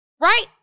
Right